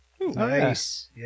Nice